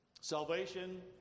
Salvation